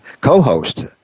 co-host